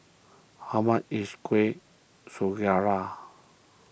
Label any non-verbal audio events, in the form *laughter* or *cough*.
how much is Kueh *unintelligible*